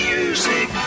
Music